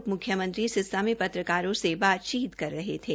उप मुख्यमंत्री सिरसा में पत्रकारों से बातचीत कर रहे थे